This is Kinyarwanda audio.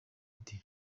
ati